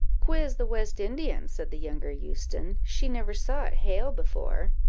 quiz the west indian, said the younger euston she never saw it hail before.